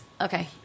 Okay